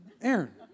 Aaron